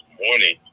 morning